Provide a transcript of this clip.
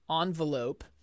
envelope